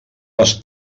les